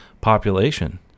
population